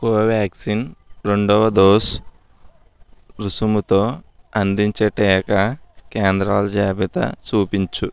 కోవాక్సిన్ రెండవ డోసు రుసుముతో అందించే టీకా కేంద్రాల జాబితా చూపించు